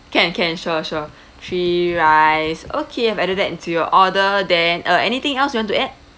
can can sure sure three rice okay added that into your order then uh anything else you want to add